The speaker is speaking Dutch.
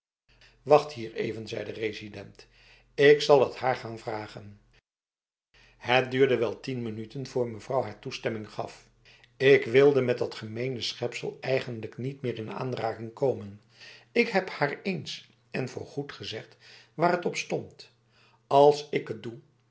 wacht hier even zei de resident ik zal het haar gaan vragen het duurde wel tien minuten vr mevrouw haar toestemming gaf ik wilde met dat gemene schepsel eigenlijk niet meer in aanraking komen ik heb haar eens en voorgoed gezegd waar het op stond als ik het doe